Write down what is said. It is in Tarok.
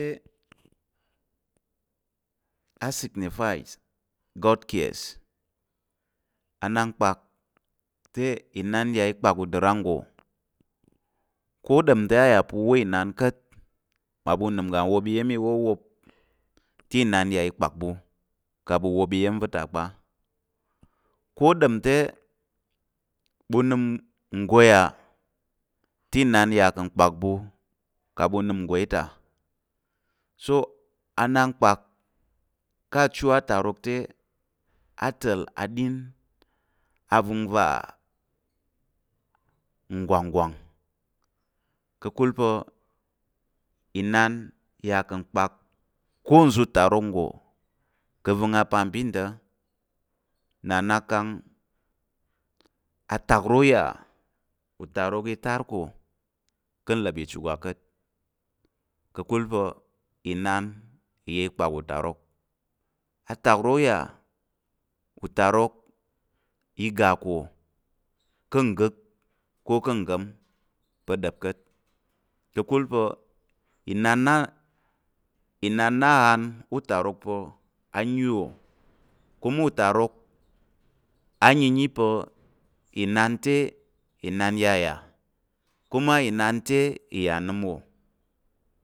Te a sinified god cares. Anankpak te inan ya i kpak uda rang nggo ko ɗom te a yà pa̱ u wá inan ka̱t mmaɓu unəm uga wop iyam iwop wap te inan yà i kpak ɓu kang ɓu wop iya̱m va̱ ta kpa, ko ɗom te ɓu nəm ngwai á te inan yà ka̱ kpak ɓu kang ɓu nəm ngwai so anankpak ka̱ achu atarok te, a ta̱l aɗin avəngva nggwanggwan ka̱kul pa̱ inan yà ka̱ kpak ko nza̱ utarok nggo ka̱ avəng apabim ta̱ nna nak atak aro ya utarok i tar ko ka̱ nləp chigwak ka̱t ka̱kul pa̱ inan yà kpak utarok. Atak ro ya utarok i ga ko ka̱ ngək ko ká̱ nga̱m pa̱ ɗəp ka̱t, ka̱kul pa̱ inan na aghan utarok pa̱ a yi wò kuma utarok ayiyi pa̱ inan te inan yayà kuma inan te iya nəm wò